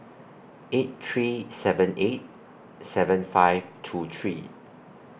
eight three seven eight seven five two three